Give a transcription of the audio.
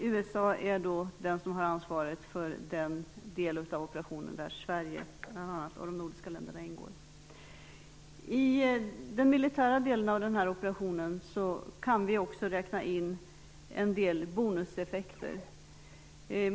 USA har ansvaret för den del av operationen där bl.a. Sverige och de nordiska länderna deltar. Till den militära delen av den här operationen kan vi också räkna en del bonuseffekter.